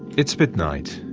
it's midnight,